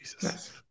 Jesus